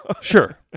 Sure